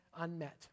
unmet